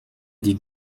die